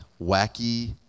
wacky